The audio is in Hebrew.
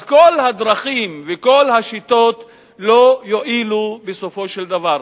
אז כל הדרכים וכל השיטות לא יועילו בסופו של דבר,